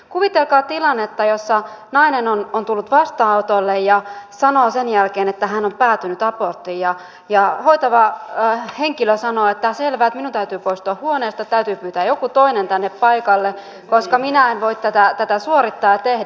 kuvitelkaa tilannetta jossa nainen on tullut vastaanotolle ja sanoo sen jälkeen että hän on päätynyt aborttiin mutta hoitava henkilö sanoo että selvä minun täytyy poistua huoneesta täytyy pyytää joku toinen tänne paikalle koska minä en voi tätä suorittaa ja tehdä